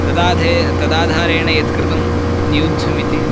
तदा तदाधारेण यत्कृतं नियुद्धमिति